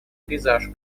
пейзаж